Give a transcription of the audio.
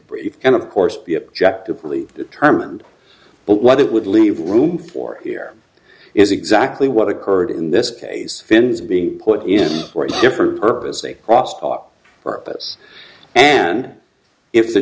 brief and of course the objective really determined but what it would leave room for here is exactly what occurred in this case is being put in for a different purpose a cross bar purpose and if the